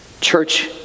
church